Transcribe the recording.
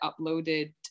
uploaded